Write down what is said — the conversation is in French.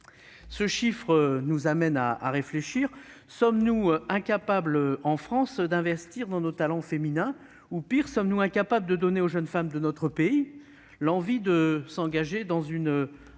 Ce chiffre donne à réfléchir : sommes-nous incapables, en France, d'investir dans nos talents féminins ou, pis encore, sommes-nous incapables de donner aux jeunes femmes de notre pays l'envie de s'engager dans une aventure